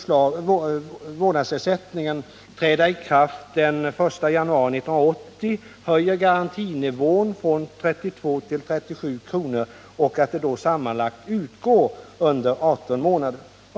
och låta vårdnadsersättningen träda i kraft den 1 januari 1980. Den skall sammanlagt kunna utgå under 18 månader.